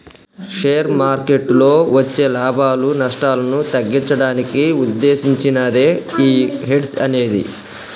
share మార్కెట్టులో వచ్చే లాభాలు, నష్టాలను తగ్గించడానికి వుద్దేశించినదే యీ హెడ్జ్ అనేది